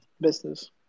Business